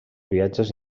viatges